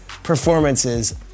performances